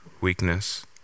weakness